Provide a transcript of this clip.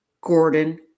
Gordon